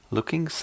Looking